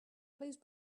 please